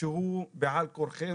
שהוא המצב הקיים בעל כורחנו.